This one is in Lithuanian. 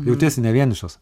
jautiesi ne vienišas